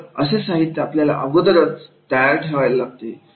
तर असे साहित्य आपल्याला अगोदरच तयार ठेवावे लागते